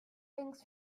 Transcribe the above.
things